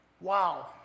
Wow